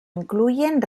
incluyen